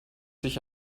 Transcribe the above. sich